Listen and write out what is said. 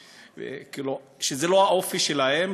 זה לא האופי שלהם,